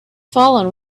fallen